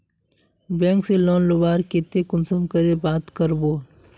Bank से loan लुबार केते कुंसम करे बात करबो?